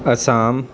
Assam